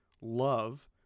love